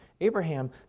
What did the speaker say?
Abraham